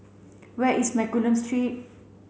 where is Mccallum Street